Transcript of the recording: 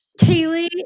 Kaylee